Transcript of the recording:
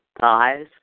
thighs